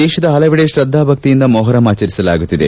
ದೇಶದ ಹಲವೆಡೆ ಶ್ರದ್ದಾ ಭಕ್ತಿಯಿಂದ ಮೊಹರಂ ಆಚರಿಸಲಾಗುತ್ತಿದೆ